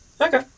Okay